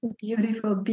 beautiful